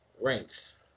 ranks